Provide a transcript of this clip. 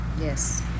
Yes